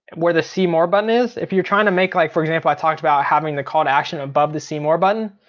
where the see more button is, if you're trying to make like for example i talked about having the call to action above the see more button.